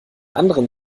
anderen